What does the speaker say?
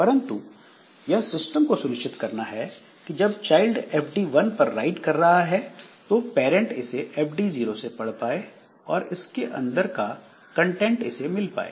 परंतु यह सिस्टम को सुनिश्चित करना है कि जब चाइल्ड fd 1 पर राइट कर रहा है तो पेरेंट इसे fd 0 से पढ़ पाए और उसे इसके अंदर का कंटेंट मिल पाए